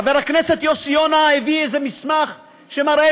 חבר הכנסת יוסי יונה הביא איזה מסמך שמראה